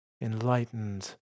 enlightened